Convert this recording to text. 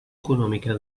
econòmica